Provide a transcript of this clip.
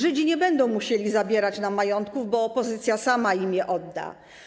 Żydzi nie będą musieli zabierać nam majątków, bo opozycja sama im je odda.